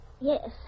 Yes